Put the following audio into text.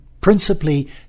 principally